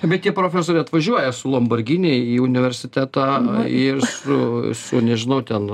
bet tie profesoriai atvažiuoja su lombargini į universitetą ir su su nežinau ten